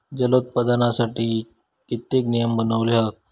जलोत्पादनासाठी कित्येक नियम बनवले हत